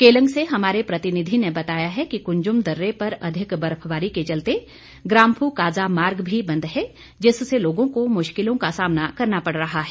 केलंग से हमारे प्रतिनिधि ने बताया है कि कुंजम दर्रे पर अधिक बर्फबारी के चलते ग्राम्फू काजा मार्ग भी बंद है जिससे लोगों को मुश्किलों का सामना करना पड़ रहा है